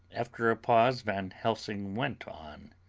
after a pause van helsing went on,